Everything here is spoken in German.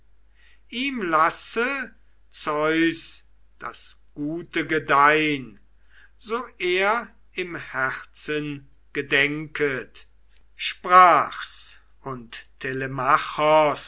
ihm lasse zeus das gute gedeihn so er im herzen gedenket sprach's und